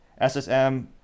SSM